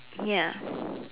ya